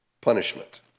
punishment